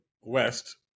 West